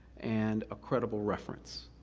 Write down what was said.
and a credible reference.